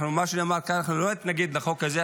מה שנאמר כאן, אנחנו לא נתנגד לחוק הזה.